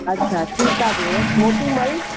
अच्छा ठीकु आहे भेण मोटूमल